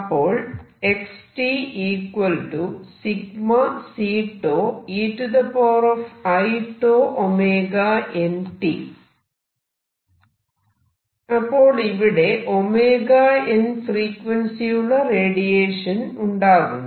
അപ്പോൾ അപ്പോൾ ഇവിടെ 𝞈n ഫ്രീക്വൻസിയുള്ള റേഡിയേഷൻ ഉണ്ടാകുന്നു